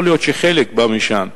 יכול להיות שחלק בא משם.